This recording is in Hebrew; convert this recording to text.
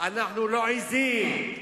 אנחנו לא עזים,